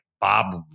Bob